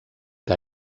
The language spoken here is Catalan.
que